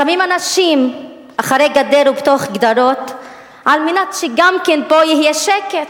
שמים אנשים אחרי גדר ובתוך גדרות על מנת שגם כן פה יהיה שקט.